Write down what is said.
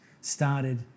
started